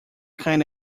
kind